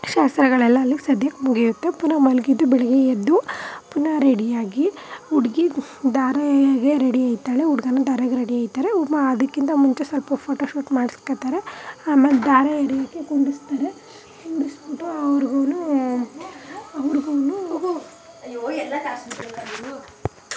ಶಾಸ್ತ್ರಗಳೆಲ್ಲ ಅಲ್ಲಿಗೆ ಸದ್ಯಕ್ಕೆ ಮುಗಿಯುತ್ತೆ ಪುನಃ ಮಲಗಿದ್ದು ಬೆಳಗ್ಗೆ ಎದ್ದು ಪುನಃ ರೆಡಿಯಾಗಿ ಹುಡ್ಗಿಗೆ ಧಾರೆಗೆ ರೆಡಿ ಇದ್ದಾಳೆ ಹುಡ್ಗನೂ ಧಾರೆಗೆ ರೆಡಿ ಆಯ್ತರೆ ಉಮ ಅದಕ್ಕಿಂತ ಮುಂಚೆ ಸ್ವಲ್ಪ ಫೋಟೋಶೂಟ್ ಮಾಡ್ಸ್ಕೊಳ್ತಾರೆ ಆಮೇಲೆ ಧಾರೆ ಎರೆಯೋಕೆ ಕುಂಡಿಸ್ತಾರೆ ಕುಂಡಿಸ್ಬಿಟ್ಟೂ ಅವ್ರಿಗೂನೂ ಅವ್ರಿಗೂನೂ